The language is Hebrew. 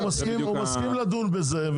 הוא מסכים לדון בזה,